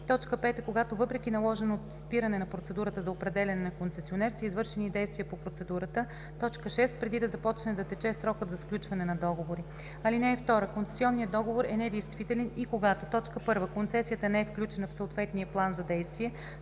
5. когато въпреки наложено спиране на процедурата за определяне на концесионер са извършени действия по процедурата; 6. преди да започне да тече срокът за сключване на договора. (2) Концесионният договор е недействителен и когато: 1. концесията не е включена в съответния план за действие;